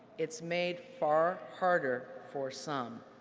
it's made far harder for some.